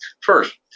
First